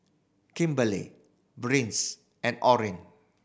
Kimberlee Brice and Orin